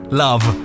love